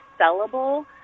sellable